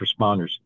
responders